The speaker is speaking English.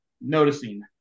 noticing